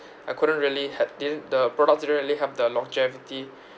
I couldn't really had the the products didn't really have the longevity